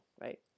Right